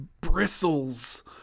bristles